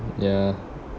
ya